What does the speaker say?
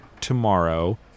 tomorrow